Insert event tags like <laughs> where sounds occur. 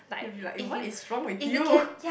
you'll be like eh what is wrong with you <laughs>